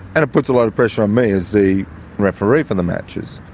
and it puts a lot of pressure on me as the referee for the matches.